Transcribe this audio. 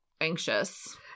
anxious